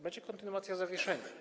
Będzie kontynuacja zawieszenia.